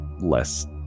less